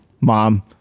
mom